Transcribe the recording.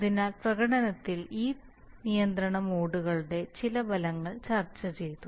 അതിനാൽ പ്രകടനത്തിൽ ഈ നിയന്ത്രണ മോഡുകളുടെ ചില ഫലങ്ങൾ ചർച്ച ചെയ്തു